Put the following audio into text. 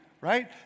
Right